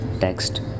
Text